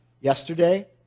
yesterday